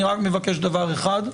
אני מבקש דבר אחד,